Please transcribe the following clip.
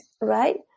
right